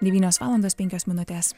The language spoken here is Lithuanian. devynios valandos penkios minutės